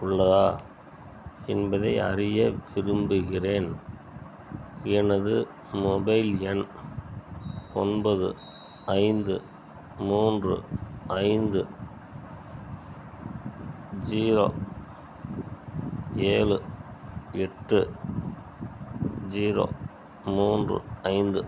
உள்ளதா என்பதை அறிய விரும்புகிறேன் எனது மொபைல் எண் ஒன்பது ஐந்து மூன்று ஐந்து ஜீரோ ஏழு எட்டு ஜீரோ மூன்று ஐந்து